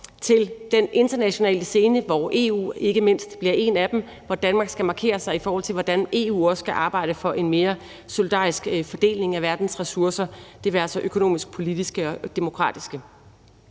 til den internationale scene, som EU ikke mindst bliver en aktør i, og hvor Danmark skal markere sig, i forhold til hvordan EU også skal arbejde for en mere solidarisk fordeling af verdens ressourcer. Det være sig økonomiske, politiske og demokratiske.